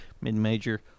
mid-major